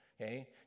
okay